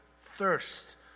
thirst